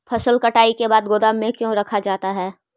फसल कटाई के बाद गोदाम में क्यों रखा जाता है?